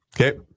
Okay